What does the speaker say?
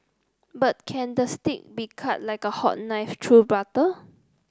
but can the steak be cut like a hot knife through butter